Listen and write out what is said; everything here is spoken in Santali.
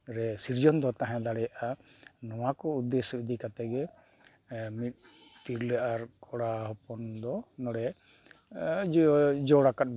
ᱨᱮ ᱥᱤᱨᱡᱚᱱ ᱫᱚ ᱛᱟᱦᱮᱸ ᱫᱟᱲᱮᱭᱟᱜᱼᱟ ᱱᱚᱣᱟ ᱠᱚ ᱩᱫᱽᱫᱮᱥᱥᱚ ᱤᱫᱤ ᱠᱟᱛᱮᱫ ᱜᱮ ᱢᱤᱫ ᱛᱤᱨᱞᱟᱹ ᱟᱨ ᱠᱚᱲᱟ ᱦᱚᱯᱚᱱ ᱫᱚ ᱱᱚᱰᱮ ᱡᱚᱲ ᱟᱠᱟᱫ ᱵᱚᱱᱟᱭ